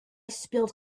spilled